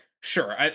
sure